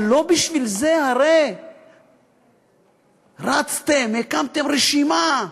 אבל לא בשביל זה הרי רצתם, הקמתם רשימה.